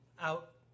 out